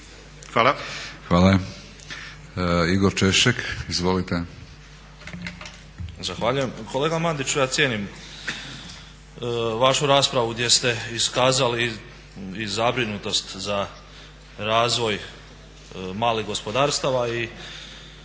**Češek, Igor (HDSSB)** Zahvaljujem. Kolega Mandiću ja cijenim vašu raspravu gdje ste iskazali i zabrinutost za razvoj malih gospodarstava